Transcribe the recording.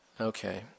Okay